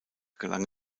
gelang